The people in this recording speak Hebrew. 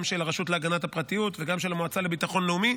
גם של הרשות להגנת הפרטיות וגם של המועצה לביטחון לאומי,